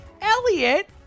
Elliot